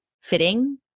fitting